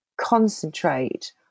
concentrate